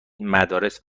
مدارس